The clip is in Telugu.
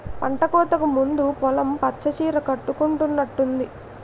పంటకోతకు ముందు పొలం పచ్చ సీర కట్టుకునట్టుంది